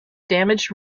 damaged